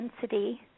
density